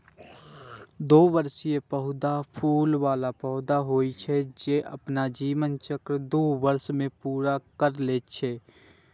द्विवार्षिक पौधा फूल बला पौधा होइ छै, जे अपन जीवन चक्र दू वर्ष मे पूरा करै छै